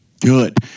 Good